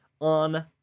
on